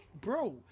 bro